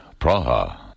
Praha